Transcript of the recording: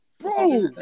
Bro